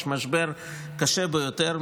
יש משבר קשה ביותר.